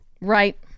Right